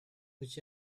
which